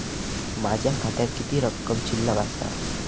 माझ्या खात्यात किती रक्कम शिल्लक आसा?